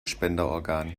spenderorgan